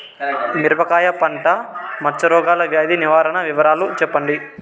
మిరపకాయ పంట మచ్చ రోగాల వ్యాధి నివారణ వివరాలు చెప్పండి?